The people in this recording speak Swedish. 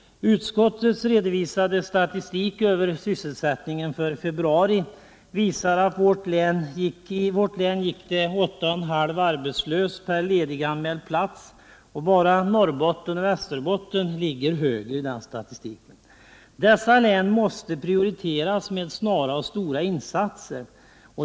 Utskottets redovisade statistik över sysselsättningen för februari visar att i vårt län gick det 8,5 arbetslösa per lediganmäld plats. Bara Norrbotten och Västerbotten ligger högre i den statistiken. Dessa län måste prioriteras med snara och stora insatser.